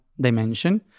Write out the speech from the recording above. dimension